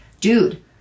dude